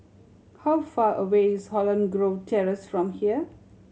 how far away is Holland Grove Terrace from here